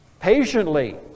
patiently